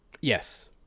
Yes